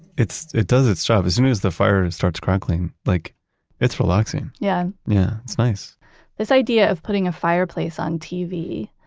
it's, it does its job. as soon as the fire starts crackling, like it's relaxing yeah yeah. it's nice this idea of putting a fireplace on tv,